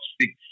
six